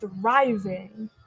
thriving